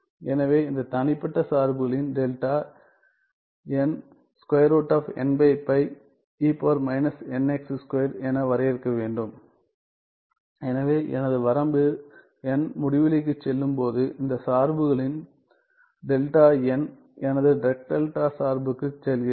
எனவே இந்த தனிப்பட்ட சார்புகளின் டெல்டா n என வரையறுக்க வேண்டும் எனவே எனது வரம்பு முடிவிலிக்குச் செல்லும்போது இந்த சார்புகளின் டெல்டா எனது டிராக் டெல்டா சார்புக்குச் செல்கிறது